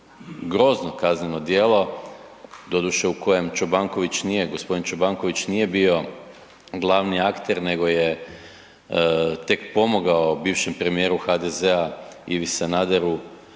grozno kazneno djelo, doduše u kojem Čobanković nije gospodin Čobanković nije bio glavni akter nego je tek pomogao bivšem premijeru HDZ-a Ivi Sanaderu